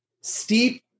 steep